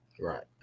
Right